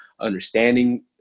understanding